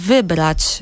Wybrać